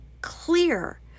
clear